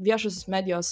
viešosios medijos